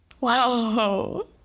Wow